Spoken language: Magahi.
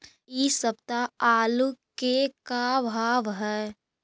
इ सप्ताह आलू के का भाव है?